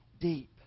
deep